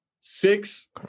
Six